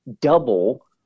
double